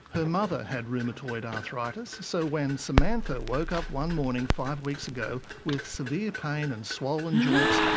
her mother had rheumatoid arthritis, so when samantha woke up one morning five weeks ago with severe pain and swollen joints,